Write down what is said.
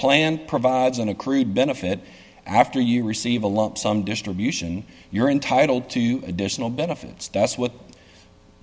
plan provides an accrued benefit after you receive a lump sum distribution you're entitled to additional benefits that's what